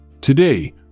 Today